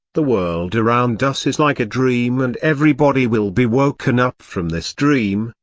the world around us is like a dream and everybody will be woken up from this dream,